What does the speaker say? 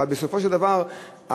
אבל בסופו של דבר,